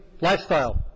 lifestyle